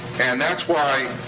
and that's why,